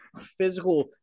physical